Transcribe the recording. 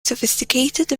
sophisticated